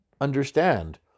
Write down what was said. understand